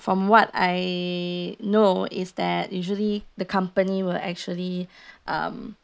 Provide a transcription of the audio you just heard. from what I know is that usually the company will actually um